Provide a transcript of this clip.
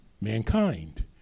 mankind